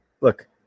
Look